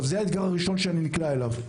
זה האתגר הראשון שנקלעתי אליו.